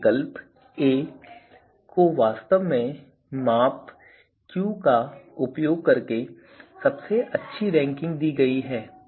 इस विकल्प aʹ को वास्तव में माप Q का उपयोग करके सबसे अच्छी रैंक दी गई है